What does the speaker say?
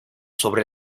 sobre